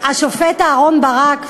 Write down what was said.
השופט אהרן ברק,